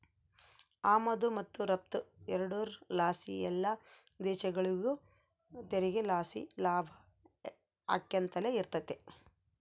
ಆಮದು ಮತ್ತು ರಫ್ತು ಎರಡುರ್ ಲಾಸಿ ಎಲ್ಲ ದೇಶಗುಳಿಗೂ ತೆರಿಗೆ ಲಾಸಿ ಲಾಭ ಆಕ್ಯಂತಲೆ ಇರ್ತತೆ